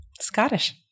Scottish